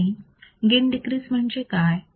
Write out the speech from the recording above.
आणि gain decrease म्हणजे काय